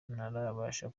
ntarabasha